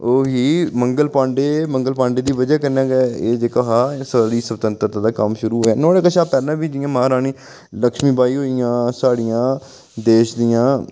ओह् ही मंगल पांडे मंगल पांडे दी बजह कन्नै गै एह् जेह्का हा साढ़ी स्वतंत्रता दा कम्म शुरू होया नुहाड़े पैहले बी जियां महारानी लक्ष्मी भाई होई गेइयां साढ़ियां देश दियां